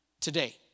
today